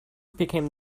became